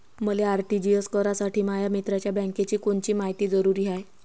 मले आर.टी.जी.एस करासाठी माया मित्राच्या बँकेची कोनची मायती जरुरी हाय?